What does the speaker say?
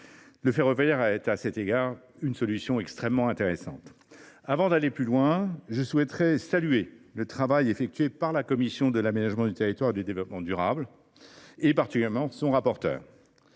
le ferroviaire offre une solution extrêmement intéressante. Avant d’aller plus loin, je souhaite saluer le travail effectué par la commission de l’aménagement du territoire et du développement durable, et particulièrement par son rapporteur.